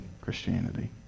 Christianity